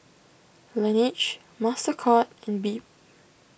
Laneige Mastercard and Bebe